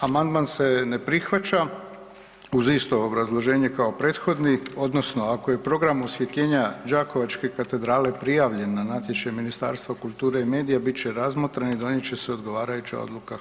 Amandman se ne prihvaća uz isto obrazloženje kao prethodni odnosno ako je problem osvjetljenja Đakovačke katedrale prijavljen na natječaj Ministarstva kulture i medija bit će razmotren i donijet će se odgovarajuća odluka.